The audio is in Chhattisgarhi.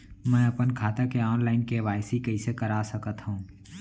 मैं अपन खाता के ऑनलाइन के.वाई.सी कइसे करा सकत हव?